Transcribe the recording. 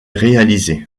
réalisée